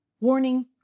warning